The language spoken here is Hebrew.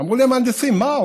אמרו לי המהנדסים: מה?